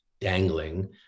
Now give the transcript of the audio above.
dangling